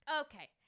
Okay